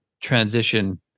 transition